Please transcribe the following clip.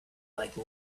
like